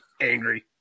Angry